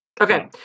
okay